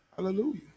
hallelujah